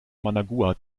managua